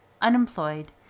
unemployed